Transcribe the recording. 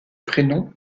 prénom